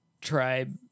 tribe